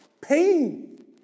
pain